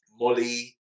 Molly